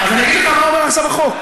אז אני אגיד לך מה אומר עכשיו החוק.